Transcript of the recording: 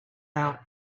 out